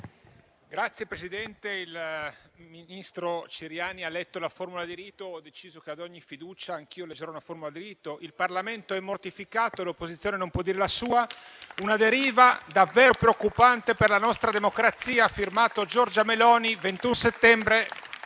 Signora Presidente, il ministro Ciriani ha letto la formula di rito e ho deciso che ad ogni fiducia anch'io leggerò una formula di rito: il Parlamento è mortificato e l'opposizione non può dire la sua: una deriva davvero preoccupante per la nostra democrazia. Firmato Giorgia Meloni, 21 settembre